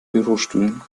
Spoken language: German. bürostühlen